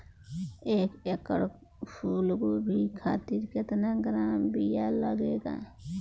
एक एकड़ फूल गोभी खातिर केतना ग्राम बीया लागेला?